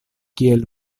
kiel